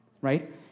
right